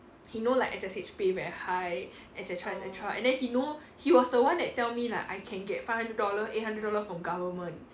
he know like S_S_H pay very high et cetera et cetera and then he know he was the one that tell me like I can get five hundred dollar eight hundred dollar from government